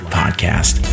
podcast